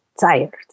tired